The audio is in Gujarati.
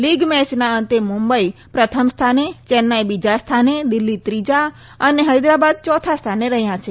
લીગ મેચના અંતે મુંબઈ પ્રથમ સ્થાને ચેન્નાઈ બીજા સ્થાને દિલ્હી ત્રીજા અને હેદરાબાદ ચોથા સ્થાને રહ્યા છે